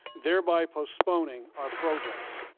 thereby postponing our progress.